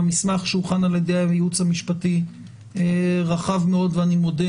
המסמך שהוכן על-ידי הייעוץ המשפטי רחב מאוד ואני מודה